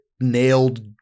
nailed